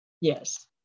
Yes